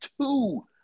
two